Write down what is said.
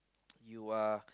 you are